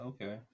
Okay